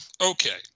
Okay